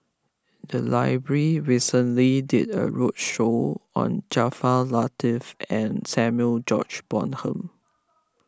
the library recently did a roadshow on Jaafar Latiff and Samuel George Bonham